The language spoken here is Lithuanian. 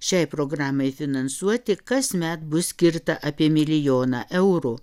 šiai programai finansuoti kasmet bus skirta apie milijoną eurų